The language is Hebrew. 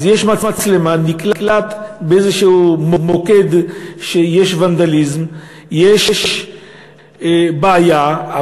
אז יש מצלמה ונקלט באיזשהו מוקד שיש ונדליזם ושיש בעיה,